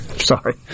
Sorry